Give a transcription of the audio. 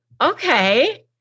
okay